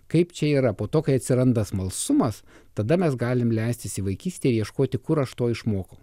kaip čia yra po to kai atsiranda smalsumas tada mes galim leistis į vaikystę ir ieškoti kur aš to išmokau